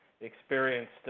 experienced